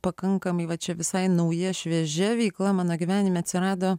pakankamai va čia visai nauja šviežia veikla mano gyvenime atsirado